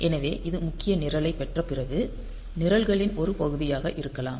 எனவே இது முக்கிய நிரலைப் பெற்ற பிறகு நிரல்களின் ஒரு பகுதியாக இருக்கலாம்